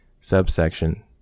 Subsection